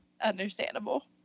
understandable